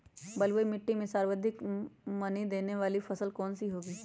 बलुई मिट्टी में सर्वाधिक मनी देने वाली फसल कौन सी होंगी?